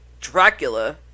Dracula